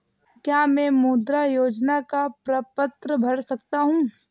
क्या मैं मुद्रा योजना का प्रपत्र भर सकता हूँ?